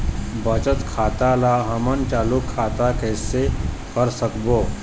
बचत खाता ला हमन चालू खाता कइसे कर सकबो?